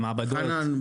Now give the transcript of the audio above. חנן,